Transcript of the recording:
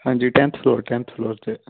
ਹਾਂਜੀ tenth floor tenth floor 'ਤੇ